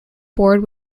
board